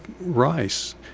rice